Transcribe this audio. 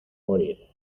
morir